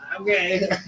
okay